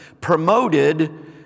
promoted